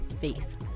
faith